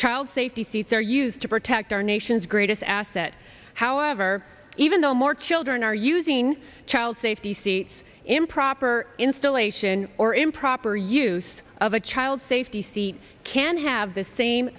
child safety seats are used to protect our nation's greatest asset however even though more children are using child safety seats improper installation or improper use of a child safety seat can have the same